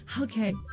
Okay